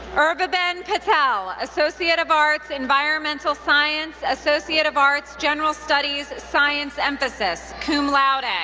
urviben patel, associate of arts, environmental science, associate of arts, general studies, science emphasis, cum laude. and